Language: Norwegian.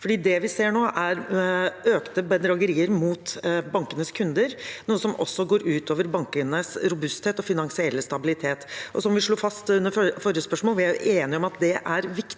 for vi ser nå en økning i bedragerier mot bankenes kunder, noe som også går ut over bankenes robusthet og finansielle stabilitet. Som vi slo fast under forrige spørsmål, er vi enige om at det er viktig,